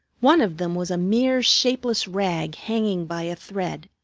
one of them was a mere shapeless rag hanging by a thread.